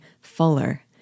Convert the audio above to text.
fuller